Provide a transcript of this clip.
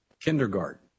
kindergarten